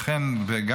לכן גם